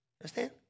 Understand